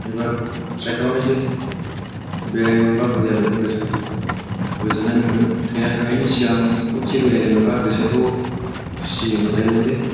एबार ट्राय खालामनोसै बेरायनो मोनबा बरिया मोनगोन गोसोखौ गोजोन्नाय मोनगोन थैना थांनायनि सिगां खनसे बेरायनो मोनबा गोसोखौ खुसि मोलायगौमोनलै